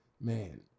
Man